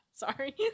Sorry